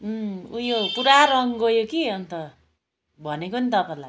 अँ उयो पुरा रङ गयो कि अन्त भनेको नि तपाईँलाई